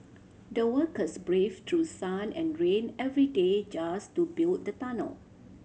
the workers braved through sun and rain every day just to build the tunnel